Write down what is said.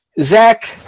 Zach